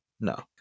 No